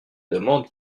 demandes